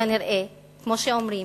כנראה, כמו שאומרים,